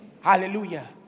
Hallelujah